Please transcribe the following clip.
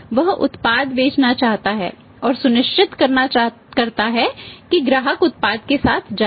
वह उत्पाद बेचना चाहता है और सुनिश्चित करता है कि ग्राहक उत्पाद के साथ जाए